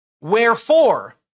Wherefore